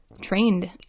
trained